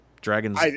Dragon's